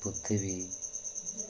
ପୃଥିବୀ